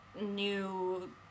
new